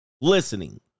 listening